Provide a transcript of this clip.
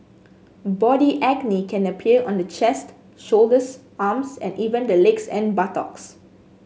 body acne can appear on the chest shoulders arms and even the legs and buttocks